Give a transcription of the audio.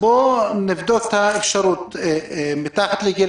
אני מבקש לבדוק את האפשרות לתת לאלה שמתחת לגיל